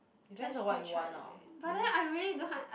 joyce still tried again but then I really don't want